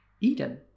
Eden